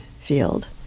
field